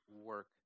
work